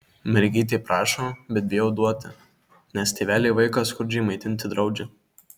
mergytė prašo bet bijau duoti nes tėveliai vaiką skurdžiai maitinti draudžia